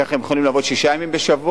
כך הם יכולים לעבוד שישה ימים בשבוע,